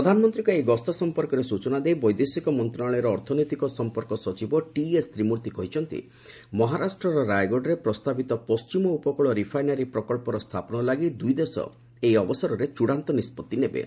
ପ୍ରଧାନମନ୍ତ୍ରୀଙ୍କ ଏହି ଗସ୍ତ ସଂପର୍କରେ ସୂଚନା ଦେଇ ବୈଦେଶିକ ମନ୍ତ୍ରଣାଳୟର ଅର୍ଥନୈତିକ ସଂପର୍କ ସଚିବ ଟିଏସ୍ ତ୍ରିମୂର୍ତ୍ତି କହିଛନ୍ତି ଯେ ମହାରାଷ୍ଟ୍ରର ରାୟଗଡ଼ରେ ପ୍ରସ୍ତାବିତ ପଣ୍ଟିମ ଉପକୂଳ ରିଫାଇନାରୀ ପ୍ରକଳ୍ପର ସ୍ଥାପନ ଲାଗି ଦୁଇ ଦେଶ ଏହି ଅବସରରେ ଚଡ଼ାନ୍ତ ନିଷ୍କଭି ନେବେ